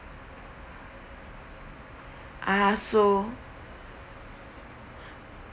ah so